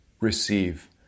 receive